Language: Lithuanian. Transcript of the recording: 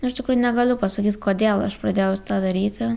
nu iš tikrųjų negaliu pasakyt kodėl aš pradėjau s tą daryti